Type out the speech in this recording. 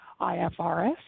IFRS